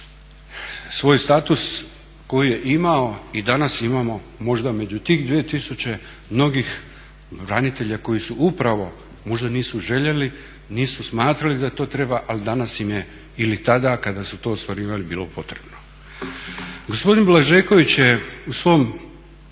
svoj status koji je imao i danas imamo možda među tih dvije tisuće mnogih branitelja koji su upravo možda nisu željeli, nisu smatrali da to treba ali danas im je ili tada kada su to ostvarivali bilo potrebno. Gospodin Blažeković je u svom